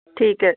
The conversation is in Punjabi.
ਠੀਕ ਹੈ